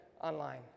online